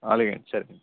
అలాగే అండి సరే